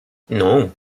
non